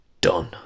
done